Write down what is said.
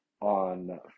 on